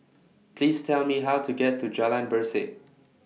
Please Tell Me How to get to Jalan Berseh